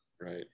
Right